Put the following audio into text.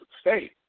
State